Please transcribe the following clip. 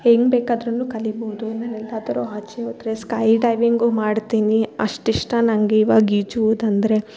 ಹೆಂಗೆಬೇಕಾದ್ರು ಕಲಿಬೋದು ಆಮೇಲೆ ಎಲ್ಲಾದರು ಆಚೆ ಹೋದ್ರೆ ಸ್ಕೈ ಡೈವಿಂಗು ಮಾಡ್ತೀನಿ ಅಷ್ಟಿಷ್ಟ ನಂಗೆ ಇವಾಗ ಈಜುವುದಂದರೆ